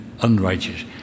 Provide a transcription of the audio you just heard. unrighteous